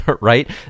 Right